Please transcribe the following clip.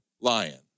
lion